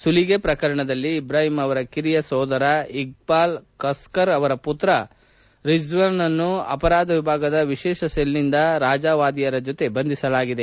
ಸುಲಿಗೆ ಪ್ರಕರಣದಲ್ಲಿ ಇಬ್ರಾಹಿಂ ಅವರ ಕಿರಿಯ ಸಹೋದರ ಇಕ್ವಾಲ್ ಕಸ್ಕರ್ ಅವರ ಪುತ್ರ ರಿಜ್ವಾನ್ ನನ್ನು ಅಪರಾಧ ವಿಭಾಗದ ವಿಶೇಷ ಸೆಲ್ ನಿಂದ ರಾಜಾ ವಾಧಾರಿಯಾ ಜತೆ ಬಂಧಿಸಲಾಗಿದೆ